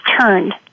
turned